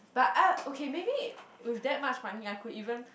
but I okay maybe with that much money I could even